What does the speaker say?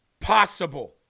Possible